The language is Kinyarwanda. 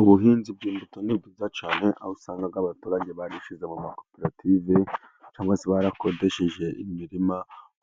Ubuhinzi bw'imbuto ni bwiza cyane, aho usanga abaturage barishyize mu makoperative cyangwa se barakodesheje imirima,